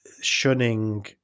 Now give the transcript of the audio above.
shunning